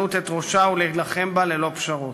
הגזענות מרימה את ראשה ולהילחם בה ללא פשרות.